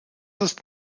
ist